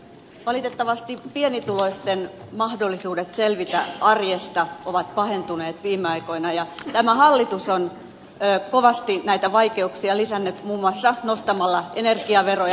valitettavasti pienituloisten mahdollisuudet selvitä arjesta ovat pahentuneet viime aikoina ja tämä hallitus on kovasti näitä vaikeuksia lisännyt muun muassa nostamalla energiaveroja